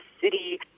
city